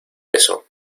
beso